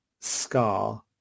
scar